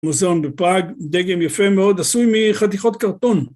מוזיאון בפראג, דגם יפה מאוד, עשוי מחתיכות קרטון.